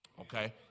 Okay